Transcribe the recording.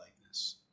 likeness